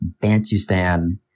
Bantustan